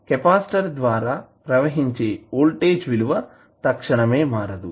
capacitor ద్వారా ప్రవహించే voltage విలువ తక్షణమే మారదు